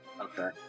Okay